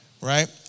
right